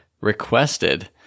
requested